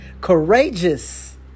courageous